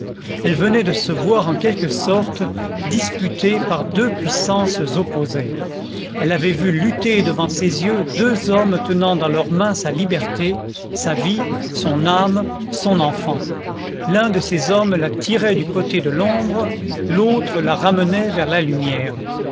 elle venait de se voir en quelque sorte disputée par deux puissances opposées elle avait vu lutter devant ses yeux deux hommes tenant dans leurs mains sa liberté sa vie son âme son enfant l'un de ces hommes la tirait du côté de l'ombre l'autre la ramenait vers la lumière